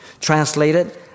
Translated